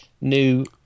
new